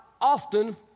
Often